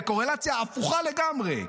בקורלציה הפוכה לגמרי,